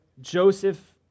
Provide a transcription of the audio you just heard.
Joseph